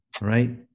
right